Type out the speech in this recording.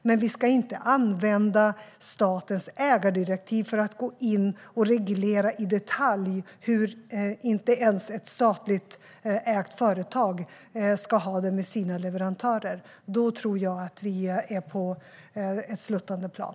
Men vi ska inte använda statens ägardirektiv för att gå in och reglera i detalj hur inte ens ett statligt ägt företag ska ha det med sina leverantörer. Då tror jag att vi är på ett sluttande plan.